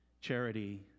Charity